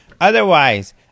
Otherwise